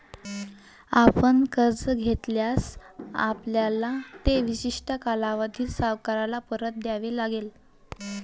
आपण कर्ज घेतल्यास, आपल्याला ते विशिष्ट कालावधीत सावकाराला परत द्यावे लागेल